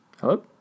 Hello